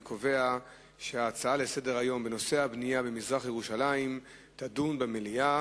אני קובע שההצעות לסדר-היום בנושא הבנייה במזרח-ירושלים יידונו במליאה.